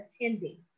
attending